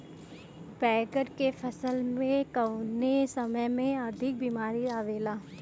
बैगन के फसल में कवने समय में अधिक बीमारी आवेला?